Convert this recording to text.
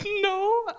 No